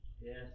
Yes